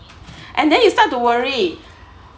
and then you start to worry